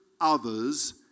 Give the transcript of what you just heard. others